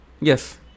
Yes